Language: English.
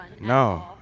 No